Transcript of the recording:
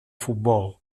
futbol